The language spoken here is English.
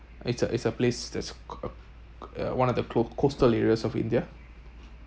it's a it's a place that's co~ uh one of the clo~ coastal areas of india